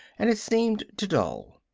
and it seemed to dull.